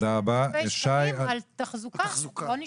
מדברים על תחזוקה שלא נשמרת.